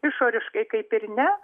išoriškai kaip ir ne